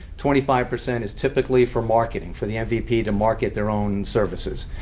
twenty-five percent is typically for marketing, for the mvpd to market their own services.